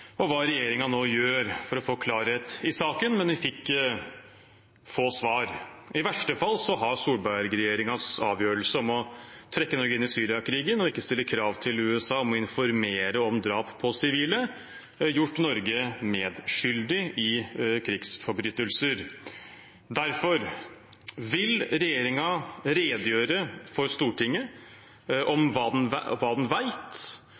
og hva regjeringen nå gjør for å få klarhet i saken. Men vi fikk få svar. I verste fall har Solberg-regjeringens avgjørelse om å trekke Norge inn i Syriakrigen og ikke stille krav til USA om å informere om drap på sivile gjort Norge medskyldig i krigsforbrytelser. Derfor: Vil regjeringen redegjøre for Stortinget om hva den